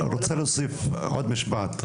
אני רוצה להוסיף עוד משפט.